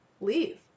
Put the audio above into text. leave